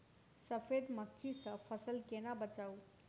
सफेद मक्खी सँ फसल केना बचाऊ?